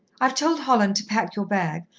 i've told holland to pack your bag.